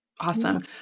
Awesome